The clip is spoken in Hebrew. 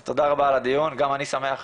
אז תודה רבה על הדיון, גם אני שמח,